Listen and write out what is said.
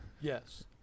yes